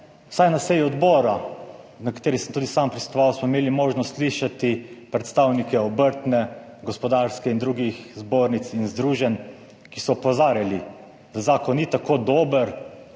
vsaj na seji odbora, na kateri sem tudi sam prisostvoval, smo imeli možnost slišati predstavnike obrtne, gospodarske in drugih zbornic in združenj, ki so opozarjali, da zakon v izvedbenem